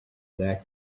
their